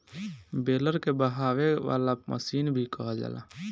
baler के बहावे वाला मशीन भी कहल जाला